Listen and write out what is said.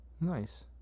Nice